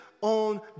on